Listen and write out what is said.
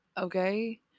okay